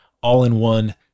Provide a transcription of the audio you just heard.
all-in-one